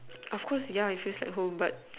of course yeah it feels like home but